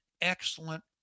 excellent